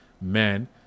men